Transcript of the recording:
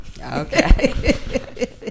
Okay